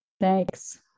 Thanks